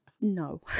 no